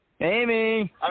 Amy